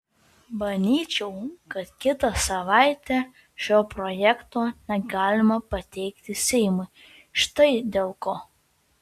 manyčiau kad kitą savaitę šio projekto negalima pateikti seimui štai dėl ko